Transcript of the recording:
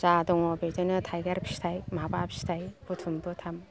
जा दङ बिदिनो थाइगिर फिथाइ माबा फिथाइ बुथुम बुथाम